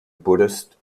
buddhist